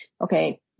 okay